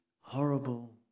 horrible